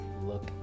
look